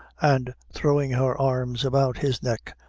and, throwing her arms about his neck,